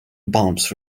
bumps